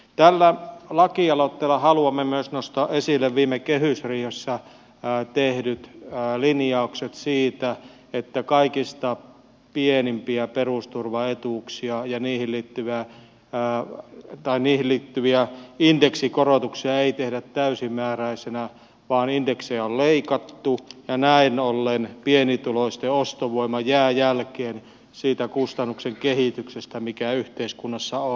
tällä lakialoitteella haluamme myös nostaa esille viime kehysriihessä tehdyt linjaukset siitä että kaikista pienimpiä perusturvaetuuksia ja niihin liittyviä indeksikorotuksia ei tehdä täysimääräisinä vaan indeksejä on leikattu ja näin ollen pienituloisten ostovoima jää jälkeen siitä kustannuksen kehityksestä mikä yhteiskunnassa on